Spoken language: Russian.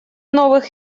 новых